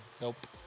Nope